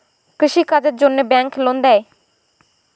কৃষি কাজের জন্যে ব্যাংক লোন দেয়?